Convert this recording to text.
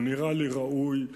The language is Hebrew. הוא נראה לי ראוי,